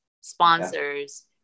sponsors